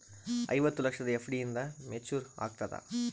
ಐವತ್ತು ಲಕ್ಷದ ಎಫ್.ಡಿ ಎಂದ ಮೇಚುರ್ ಆಗತದ?